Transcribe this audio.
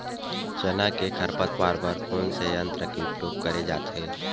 चना के खरपतवार बर कोन से यंत्र के उपयोग करे जाथे?